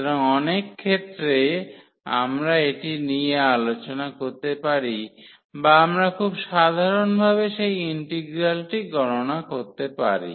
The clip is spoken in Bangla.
সুতরাং অনেক ক্ষেত্রে আমরা এটি নিয়ে আলোচনা করতে পারি বা আমরা খুব সাধারণ ভাবে সেই ইন্টিগ্রালটি গণনা করতে পারি